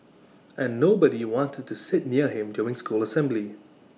and nobody wanted to sit near him during school assembly